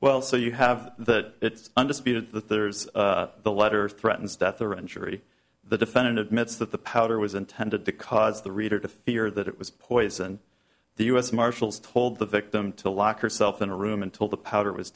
well so you have that it's undisputed that there's the letter threatens death or injury the defendant admits that the powder was intended to cause the reader to fear that it was poison the u s marshals told the victim to lock herself in a room until the powder was